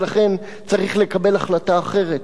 ולכן צריך לקבל החלטה אחרת,